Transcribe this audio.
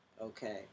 Okay